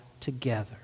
together